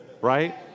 right